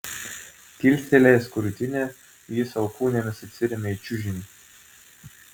kilstelėjęs krūtinę jis alkūnėmis atsiremia į čiužinį